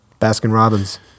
Baskin-Robbins